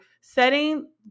setting